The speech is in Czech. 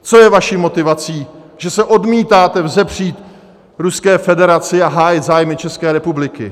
Co je vaší motivací, že se odmítáte vzepřít Ruské federaci a hájit zájmy České republiky?